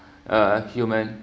uh human